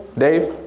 dave?